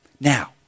Now